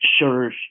sure